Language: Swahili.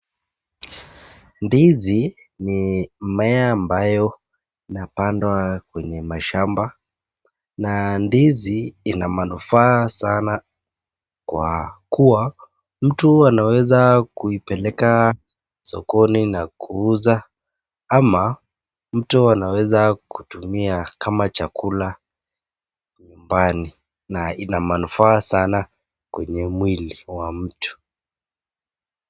Ndizi ni mmea ambayo inapanda kwenye mashamba na ndizi ina manufaa sana kwa kuwa mtu anaweza kuipeleka sokoni na kuuza ama mtu anaweza kutumia kama chakula nyumbani na ina manufaa sana kwenye mwili wa mtu.